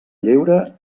lleure